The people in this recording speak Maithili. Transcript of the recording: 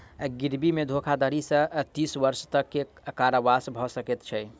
गिरवी मे धोखाधड़ी सॅ तीस वर्ष तक के कारावास भ सकै छै